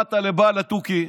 ובאת לבעל התוכי,